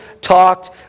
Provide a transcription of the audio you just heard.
talked